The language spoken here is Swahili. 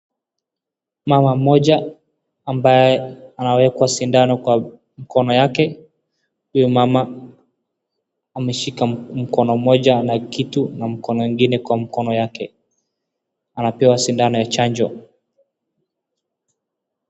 Dawa moja ambayo anawekwa sindano kwa mkono yake huyu mama ameshika mkono mmoja na kitu na mkono ingine kwa mkono yake. Anapewa sindano ya chanjo.